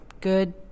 good